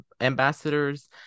ambassadors